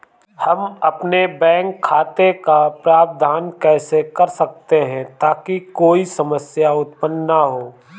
हम अपने बैंक खाते का प्रबंधन कैसे कर सकते हैं ताकि कोई समस्या उत्पन्न न हो?